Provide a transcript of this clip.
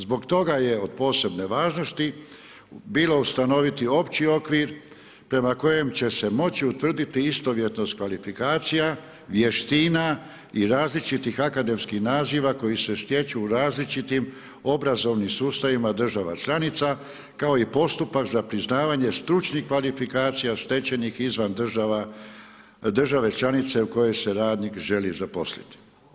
Zbog toga je od posebne važnosti bilo ustanoviti opći okvir prema kojem će se moći utvrditi istovjetnost kvalifikacija, vještina i različitih akademskih naziva koji se stječu u različitim obrazovnim sustavima država članica kao i postupak za priznavanje stručnih kvalifikacija stečenih izvan države članice u kojoj se radnik želi zaposliti.